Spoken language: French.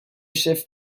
chef